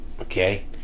Okay